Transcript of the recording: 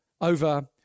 over